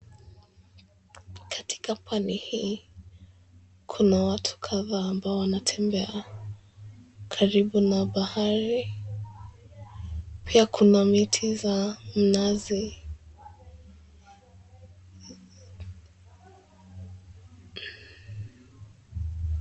Katika pwani hii, kuna watu kadhaa ambao wanatembea karibu na bahari. Pia kuna miti za mnazi.